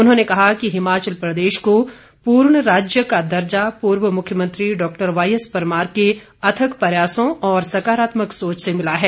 उन्होंने कहा कि हिमाचल प्रदेश को पूर्ण राज्य का दर्जा पूर्व मुख्यमंत्री डॉक्टर वाईएस परमार के अथक प्रयासों और सकारात्मक सोच से मिला है